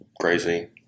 crazy